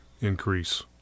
increase